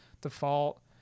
default